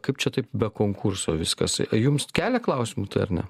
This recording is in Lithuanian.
kaip čia taip be konkurso viskas jums kelia klausimų ar ne